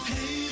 Hey